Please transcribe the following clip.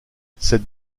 cette